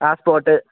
ആ സ്പോട്ട്